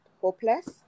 hopeless